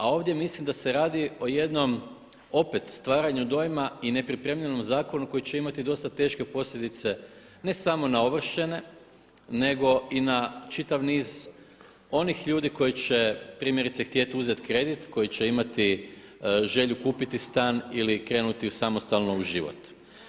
A ovdje mislim da se radi o jednom, opet stvaranju dojma i nepripremljenom zakonu koji će imati dosta teške posljedice ne samo na ovršene nego i na čitav niz onih ljudi koji će primjerice htjeti uzeti kredit, koji će imati želju kupiti stan ili krenuti samostalno u život.